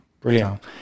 Brilliant